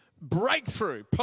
breakthrough